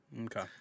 okay